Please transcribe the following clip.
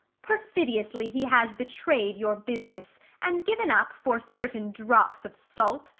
perfidiously he has betray'd your business, and given up, for certain drops of salt,